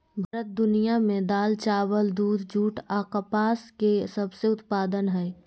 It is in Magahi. भारत दुनिया में दाल, चावल, दूध, जूट आ कपास के सबसे उत्पादन हइ